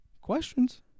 Questions